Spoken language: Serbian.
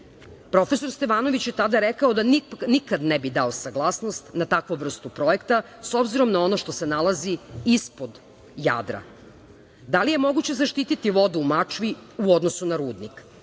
Stevanović je tada rekao da nikad ne bi dao saglasnost na takvu vrstu projekta, s obzirom na ono što se nalazi ispod Jadra. Da li je moguće zaštiti vodu u Mačvi u odnosu na Rudnik?